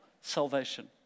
salvation